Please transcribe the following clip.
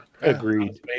agreed